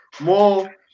more